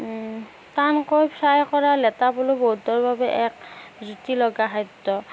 টানকৈ ফ্ৰাই কৰা লেটা পলু বহুতৰ বাবে এক জুতি লগা খাদ্য